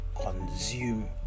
consume